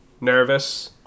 nervous